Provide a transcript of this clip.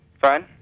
Fine